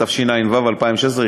התשע"ו 2016,